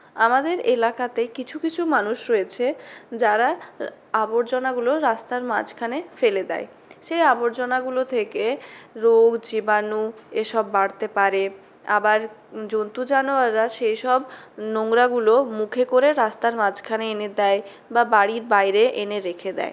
আমাদের এলাকাতে কিছু কিছু মানুষ রয়েছে যারা আবর্জনাগুলো রাস্তার মাঝখানে ফেলে দেয় সেই আবর্জনাগুলো থেকে রোগ জীবাণু এসব বাড়তে পারে আবার জন্তু জানোয়াররা সেসব নোংরাগুলো মুখে করে রাস্তার মাঝখানে এনে দেয় বা বাড়ির বাইরে এনে রেখে দেয়